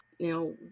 Now